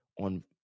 on